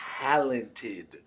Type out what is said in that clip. talented